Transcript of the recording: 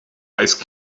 ice